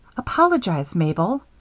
apologize, mabel,